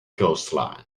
coastline